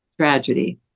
tragedy